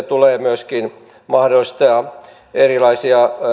tulee myöskin mahdollistaa erilaisia